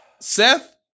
Seth